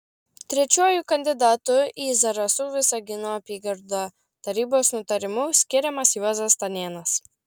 trečiuoju kandidatu į zarasų visagino apygardą tarybos nutarimu skiriamas juozas stanėnas